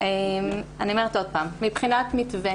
מבחינת מתווה